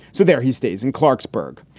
so there he stays in clarksburg.